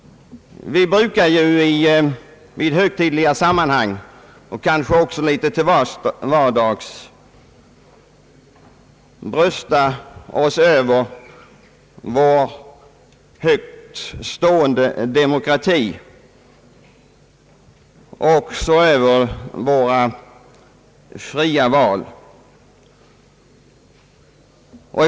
Vi brukar i högtidliga sammanhang och kanske också ibland till vardags brösta oss över vår högt stående demokrati och även över våra fria val.